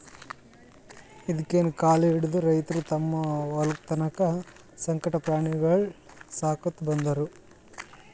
ಹಿಂದ್ಕಿನ್ ಕಾಲ್ ಹಿಡದು ರೈತರ್ ತಮ್ಮ್ ವಕ್ಕಲತನ್ ಸಂಗಟ ಪ್ರಾಣಿಗೊಳಿಗ್ ಸಾಕೋತ್ ಬಂದಾರ್